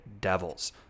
Devils